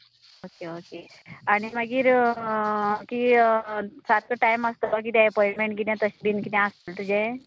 okay okay आनी मागीर ती सारको टायम आसतलो कितें अपॉंन्टमेंट कितें तशें बीन कितें आसतले तुजें